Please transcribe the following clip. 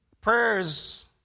Prayers